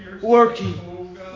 working